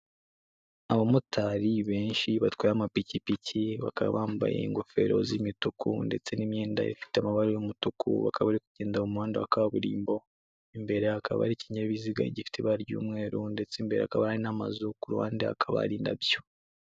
Abamotari benshi batwaye amapikipiki bakaba bambaye ingofero z'imituku ndetse n'imyenda ifite amabara y'umutuku, bakaba bari kugenda muhanda wa kaburimbo, imbere hakaba hari ikinkinyabiziga gifite ibara ry'umweru ndetse imbere hakaba hari n'amazu ku ruhande hakaba hari indabyo.